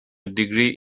degree